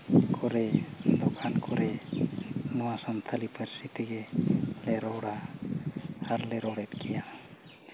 ᱠᱚᱨᱮ ᱫᱳᱠᱟᱱ ᱠᱚᱨᱮ ᱱᱚᱣᱟ ᱥᱟᱱᱛᱟᱲᱤ ᱯᱟᱹᱨᱥᱤ ᱛᱮᱜᱮᱞᱮ ᱨᱚᱲᱟ ᱟᱨᱞᱮ ᱨᱚᱲᱮᱫ ᱜᱮᱭᱟ